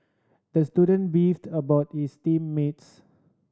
the student beefed about his team mates